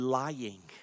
lying